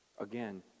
Again